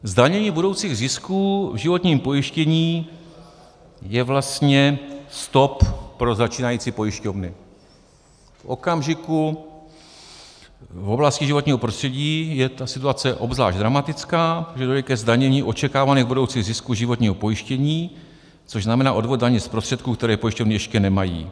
Zdanění budoucích zisků v životním pojištění je vlastně stop pro začínající pojišťovny v okamžiku v oblasti životního prostředí je ta situace obzvlášť dramatická kdy dojde ke zdanění očekávaných budoucích zisků životního pojištění, což znamená odvod daně z prostředků, které pojišťovny ještě nemají.